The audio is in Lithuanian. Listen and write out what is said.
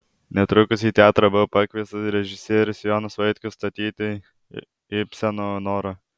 netrukus į teatrą buvo pakviestas režisierius jonas vaitkus statyti ibseno norą